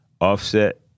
Offset